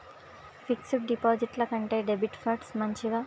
Fix డ్ డిపాజిట్ల కంటే డెబిట్ ఫండ్స్ మంచివా?